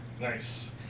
Nice